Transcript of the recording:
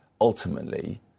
ultimately